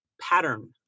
pattern